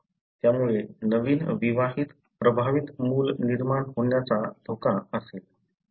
यामुळे नवीन विवाहात प्रभावित मूल निर्माण होण्याचा धोका असेल